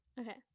Okay